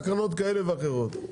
עם היקף פעילות אולי קטן,